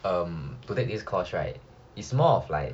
um to take this course right is more of like